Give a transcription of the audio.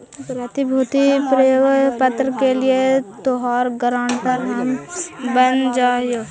प्रतिभूति प्रतिज्ञा पत्र के लिए तोहार गारंटर हम बन जा हियो